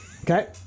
Okay